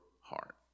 heart